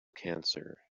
cancer